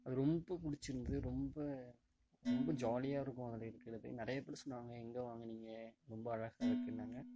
அது ரொம்ப பிடிச்சிருந்தது ரொம்ப ரொம்ப ஜாலியாக இருக்கும் அதில் இருக்கிறது நிறைய பேர் சொன்னாங்க எங்கே வாங்குனீங்க ரொம்ப அழகாக இருக்குன்னாங்க